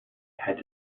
had